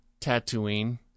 Tatooine